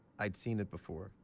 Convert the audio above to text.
i'd seen it before.